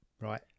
right